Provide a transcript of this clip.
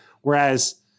whereas